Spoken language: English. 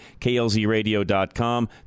KLZradio.com